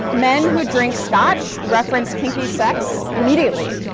men who drink scotch reference kinky sex immediately.